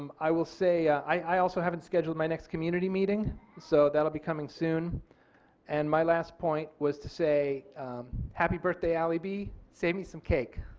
um i will say i also haven't scheduled my next community meeting so that will be coming soon and my last point was to say happy birthday allie b save me some cake.